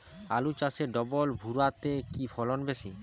আলু চাষে ডবল ভুরা তে কি ফলন বেশি?